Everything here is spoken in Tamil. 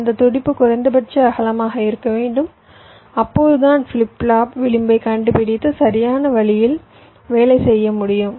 அந்த துடிப்பு குறைந்தபட்ச அகலமாக இருக்க வேண்டும் அப்போதுதான் ஃபிளிப் ஃப்ளாப் விளிம்பைக் கண்டுபிடித்து சரியான வழியில் வேலை செய்ய முடியும்